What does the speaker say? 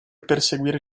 perseguire